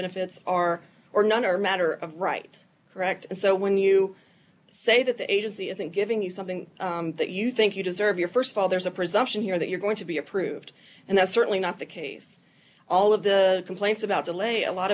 benefits are or none are a matter of right correct and so when you say that the agency isn't giving you something that you think you deserve your st of all there's a presumption here that you're going to be approved and that's certainly not the case all of the complaints about delay a lot